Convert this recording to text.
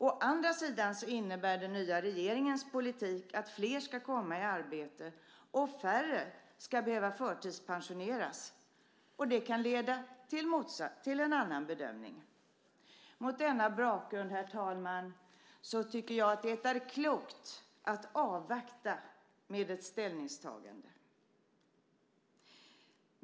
Å andra sidan innebär den nya regeringens politik att flera ska komma i arbete och färre ska behöva förtidspensioneras. Det kan leda till en annan bedömning. Mot denna bakgrund, herr talman, tycker jag att det är klokt att avvakta med ett ställningstagande.